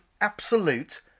absolute